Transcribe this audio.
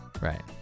Right